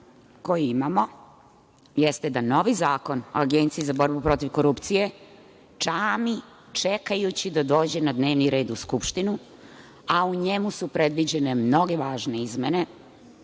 koji imamo, jeste da novi Zakon o Agenciji za borbu protiv korupcije čami čekajući da dođe na dnevni red u Skupštinu, a u njemu su predviđene mnoge važne izmene,